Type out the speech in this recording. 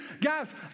guys